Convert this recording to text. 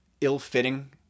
ill-fitting